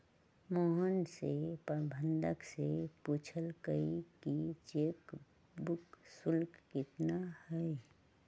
मोहन ने प्रबंधक से पूछल कई कि चेक बुक शुल्क कितना हई?